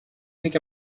pick